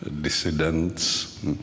dissidents